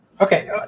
Okay